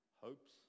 hopes